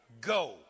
Go